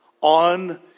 on